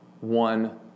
one